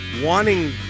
wanting